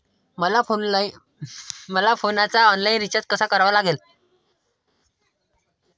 मले फोनचा online recharge कसा करा लागन?